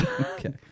Okay